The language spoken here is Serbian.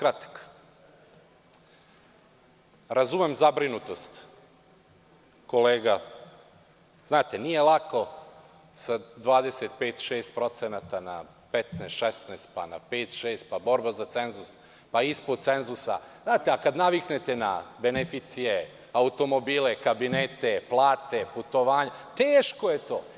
Razumem zabrinutost kolega, nije lako sa 25, 26% na 15, 16, pa na pet, šest, pa borba za cenzus, pa ispod cenzusa, znate, a kad naviknete na beneficije, automobile, kabinete, plate, putovanja, teško je to.